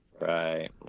Right